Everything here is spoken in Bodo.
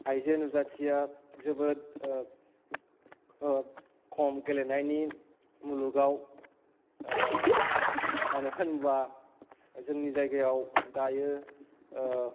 आइजो नुजाथिया जोबोद खम गेलेनायनि मुलुगाव मानो होनबा जोंनि जायगायाव दायो